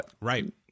right